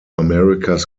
america’s